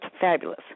fabulous